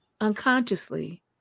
unconsciously